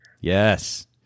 Yes